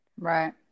Right